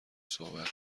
صحبت